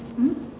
hmm